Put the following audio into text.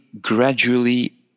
gradually